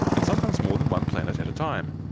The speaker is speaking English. and sometimes more than one planet at a time.